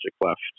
left